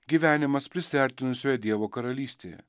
gyvenimas prisiartinusioje dievo karalystėje